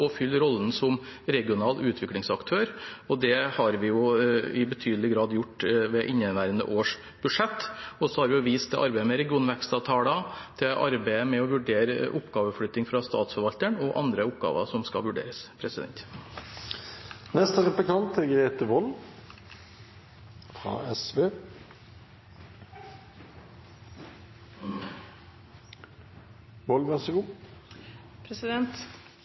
fylle rollen som regional utviklingsaktør. Det har vi i betydelig grad gjort i inneværende års budsjett. Så har vi vist til arbeidet med regionvekstavtaler, arbeidet med å vurdere oppgaveflytting fra Statsforvalteren og andre oppgaver som skal vurderes. Uavhengig av hva som er